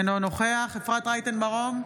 אינו נוכח אפרת רייטן מרום,